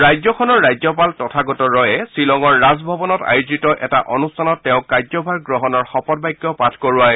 ৰাজ্যখনৰ ৰাজ্যপাল তথাগত ৰয়ে থিলঙৰ ৰাজভৱনত আযোজিত এটা অনুষ্ঠানত তেওঁক কাৰ্যভাৰ গ্ৰহণৰ শপত বাক্য পাঠ কৰোৱায়